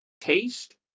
taste